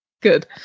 Good